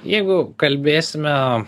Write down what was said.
jeigu kalbėsime